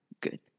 Good